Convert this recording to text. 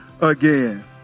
again